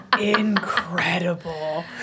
Incredible